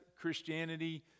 Christianity